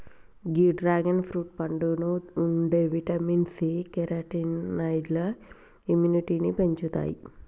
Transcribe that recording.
గీ dragon fruit పండులో ఉండే vitamin C, కెరోటినాయిడ్లు ఇమ్యునిటీని పెంచుతాయి